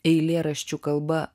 eilėraščių kalba